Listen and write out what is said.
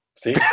See